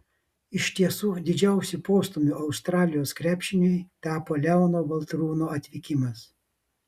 iš tiesų didžiausiu postūmiu australijos krepšiniui tapo leono baltrūno atvykimas